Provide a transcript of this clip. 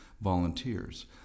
volunteers